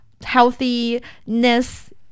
healthiness